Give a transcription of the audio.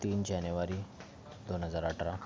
तीन जानेवारी दोन हजार अठरा